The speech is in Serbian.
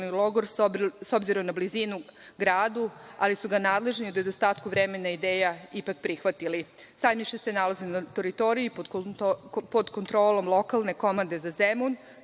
logor, s obzirom na blizinu gradu, ali su ga nadležni u nedostatku vremena, ideja ipak prihvatili. Sajmište se nalazi na teritoriji pod kontrolom lokalne komande za Zemun,